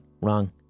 wrong